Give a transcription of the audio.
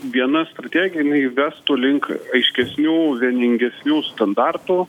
viena strategija jinai įvestų link aiškesnių vieningesnių standartų